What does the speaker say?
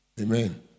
Amen